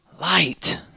light